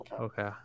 Okay